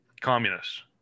communists